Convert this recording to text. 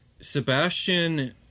Sebastian